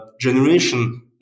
generation